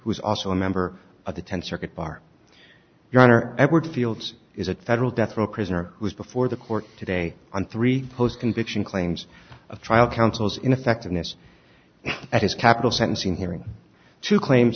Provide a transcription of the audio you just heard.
who is also a member of the th circuit bar your honor edward fields is a federal death row prisoner who is before the court today on three post conviction claims of trial counsel's ineffectiveness at his capital sentencing hearing two claims